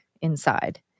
inside